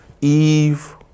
Eve